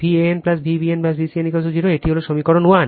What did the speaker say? Van Vbn Vcn 0 এটি হল সমীকরণ 1